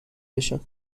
بشم